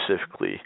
specifically